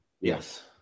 Yes